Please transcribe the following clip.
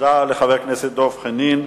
תודה לחבר הכנסת דב חנין.